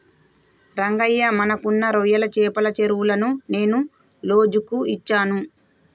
రంగయ్య మనకున్న రొయ్యల చెపల చెరువులను నేను లోజుకు ఇచ్చాను